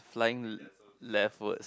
flying le~ leftwards